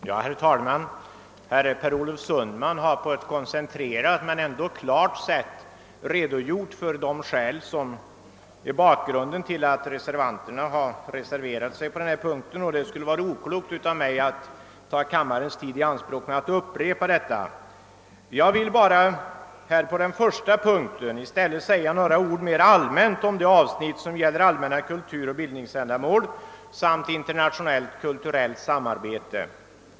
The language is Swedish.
Herr talman! Herr Per Olof Sundman har på ett koncentrerat men ändå klart sätt redogjort för de skäl som är bakgrunden till att reservanterna har reserverat sig på denna punkt. Det skulle vara oklokt av mig att ta kammarens tid i anspråk med att upprepa dessa skäl. Låt mig bara här vid första punkten i utlåtandet säga några ord mera allmänt om det avsnitt som gäller allmänna kulturoch bildningsändamål samt internationellt-kulturellt samarbete.